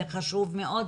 זה דבר חשוב מאוד,